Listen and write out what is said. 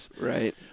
Right